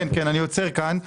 כן, אני עוצר כאן.